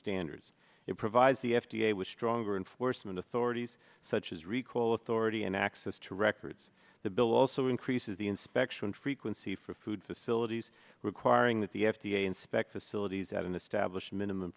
standards it provides the f d a with stronger enforcement authorities such as recall authority and access to records the bill also increases the inspection frequency for food facilities requiring that the f d a inspect the syllabi at an established minimum